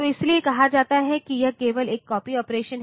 तो इसीलिए कहा जाता है कि यह केवल एक कॉपी ऑपरेशन है